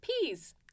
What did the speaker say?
peas